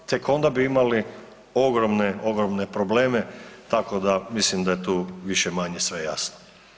Tek onda bi imali ogromne probleme, tako da mislim da je tu više-manje sve jasno.